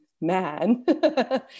man